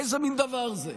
איזה מין דבר זה?